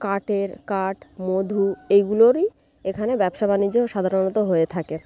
কাঠের কাঠ মধু এগুলোরই এখানে ব্যবসা বাণিজ্য সাধারণত হয়ে থাকে